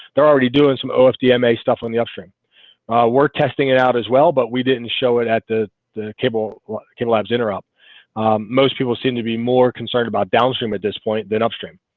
they're already doing some ofdm a stuff on the upstream we're testing it out as well, but we didn't show it at the the cable chem labs interrupt most people seem to be more concerned about downstream at this point than upstream